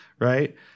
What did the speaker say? right